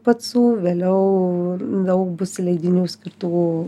pacų vėliau daug bus leidinių skirtų